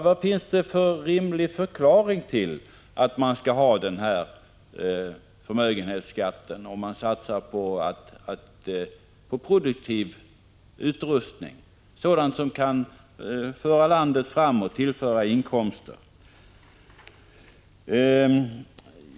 Vad finns det för rimliga förklaringar till att man skall betala förmögenhetsskatt om man satsar på produktiv utrustning, sådant som kan föra landet framåt och tillföra inkomster?